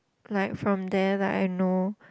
like from there like I know